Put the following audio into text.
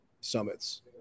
summits